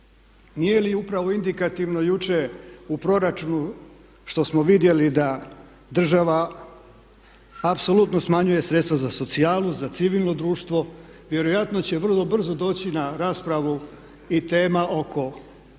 Nije li upravo indikativno jučer u proračunu što smo vidjeli da država apsolutno smanjuje sredstva za socijalu, za civilno društvo. Vjerojatno će vrlo brzo doći na raspravu i tema oko